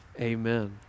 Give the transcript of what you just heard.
Amen